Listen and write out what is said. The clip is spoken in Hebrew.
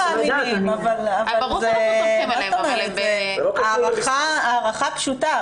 זו הערכה פשוטה.